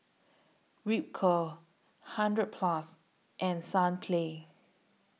Ripcurl hundred Plus and Sunplay